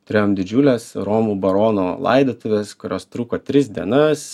turėjom didžiules romų barono laidotuves kurios truko tris dienas